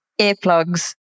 earplugs